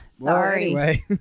Sorry